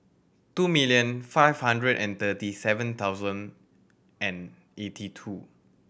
two million five hundred and thirty seven thousand and eighty two